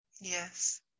Yes